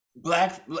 Black